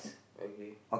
okay